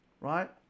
right